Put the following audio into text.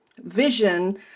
vision